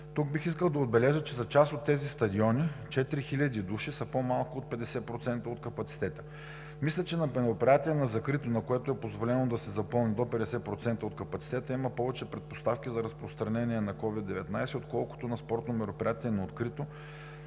Тук бих искал да отбележа, че за част от тези стадиони четири хиляди души са по-малко от 50% от капацитета. Мисля, че за мероприятие на закрито, на което е позволено да се запълни до 50% от капацитета, има повече предпоставки за разпространение на COVID-19, отколкото на спортни мероприятия на открито